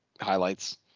highlights